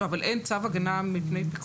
אבל אין צו הגנה מפני פיקוח?